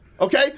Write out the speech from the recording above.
Okay